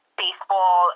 baseball